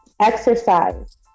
exercise